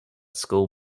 school